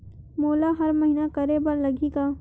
मोला हर महीना करे बर लगही का?